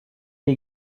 est